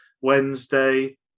Wednesday